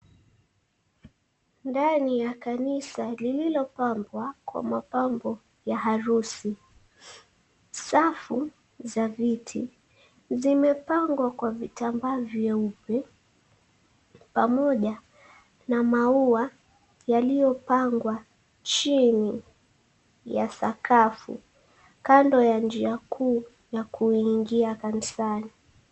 Ndani ya kanisa lililopambwa kwa mapambo ya harusi. Safu za viti zimepangwa kwa vitambaa vyeupe pamoja na maua yaliyopangwa chini ya sakafu kando ya njia kuu ya kuingia kanisani.